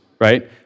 right